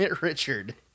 Richard